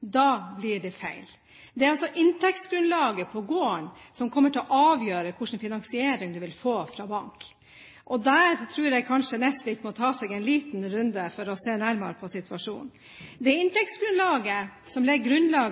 da tror jeg kanskje Nesvik må ta seg en liten runde for å se nærmere på situasjonen. Det er inntektsgrunnlaget som avgjør